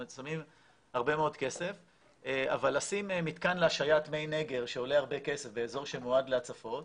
אבל לשים מתקן להשהיית מי נגר שעולה הרבה כסף באזור שמועד להצפות,